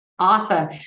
Awesome